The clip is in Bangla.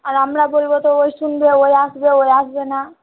আর আমরা বলবো তো ওই শুনবে ওই আসবে ওই আসবে না